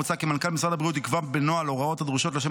מוצע כי מנכ"ל משרד הבריאות יקבע בנוהל הוראות הדרושות לשם